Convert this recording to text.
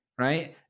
right